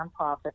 nonprofit